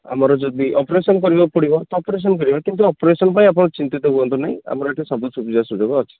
ଆମର ଯଦି ଅପେରସନ କରିବାକୁ ପଡ଼ିବ ତ ଅପେରସନ କରିବା କିନ୍ତୁ ଅପେରସନ ପାଇଁ ଆପଣ ଚିନ୍ତିତ ହୁଅନ୍ତୁ ନାହିଁ ଆମର ଏଠି ସବୁ ସୁବିଧା ସୁଯୋଗ ଅଛି